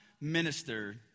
minister